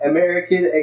American